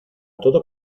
todo